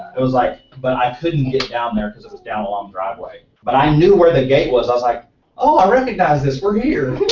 it was like, but i couldn't get down there because it was down a long driveway, but i knew where the gate was i was like ah i recognize this, we're here.